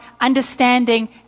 understanding